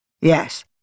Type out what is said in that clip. Yes